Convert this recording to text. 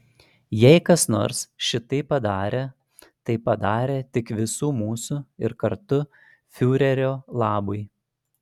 jei kas nors šitai padarė tai padarė tik visų mūsų ir kartu fiurerio labui